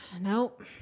nope